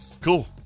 cool